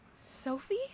Sophie